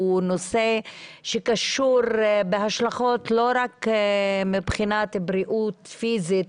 זה נושא שקשור בהשלכות לא רק של בריאות פיזית